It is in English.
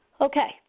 Okay